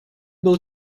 был